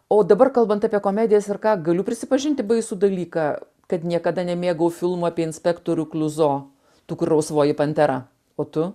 o dabar kalbant apie komedijas ir ką galiu prisipažinti baisų dalyką kad niekada nemėgau filmų apie inspektorių kliuzo tų kur rausvoji pantera o tu